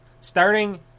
starting